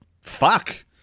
fuck